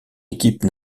équipe